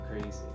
crazy